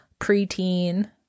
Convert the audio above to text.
preteen